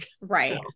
Right